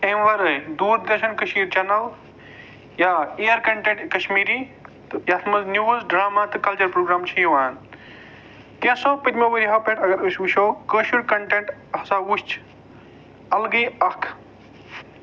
اَمہِ وَرٲے Doordarshan Kashir channel یا اِیر کَنٹٮ۪نٛٹ کَشمیٖری تہٕ یَتھ منٛز نیوٕز ڈرٛاما تہٕ کَلچرَل پرٛوگرام چھِ یِوان کیٛاہ سا پٔتمٮ۪و ؤریو پٮ۪ٹھ أسۍ وُچھو کٲشُر کَنٹٮ۪نٛٹ ہسا وُچھ اَلگٕے اَکھ